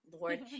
Lord